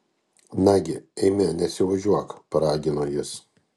nagi eime nesiožiuok paragino jis